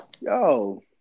Yo